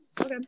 Okay